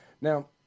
Now